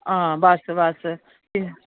हां बस बस